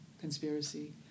conspiracy